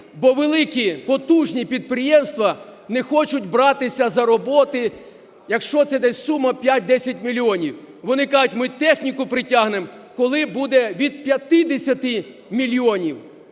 бо великі, потужні підприємства не хочуть братися за роботи, якщо це десь сума 5-10 мільйонів. Вони кажуть, ми техніку притягнемо, коли буде від 50 мільйонів.